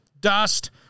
dust